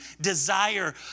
desire